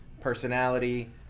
personality